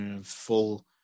Full